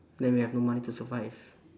then we have no money to survive